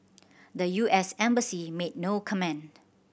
the U S embassy made no comment